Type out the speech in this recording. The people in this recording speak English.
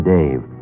Dave